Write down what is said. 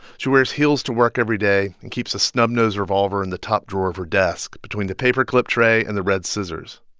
she wears heels to work every day and keeps a snub-nosed revolver in the top drawer of her desk, between the paper clip tray and the red scissors.